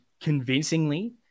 convincingly